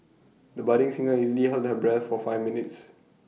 the budding singer easily held her breath for five minutes